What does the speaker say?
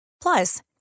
Plus